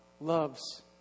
loves